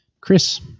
Chris